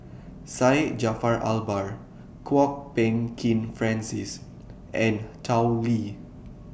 Syed Jaafar Albar Kwok Peng Kin Francis and Tao Li